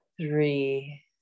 three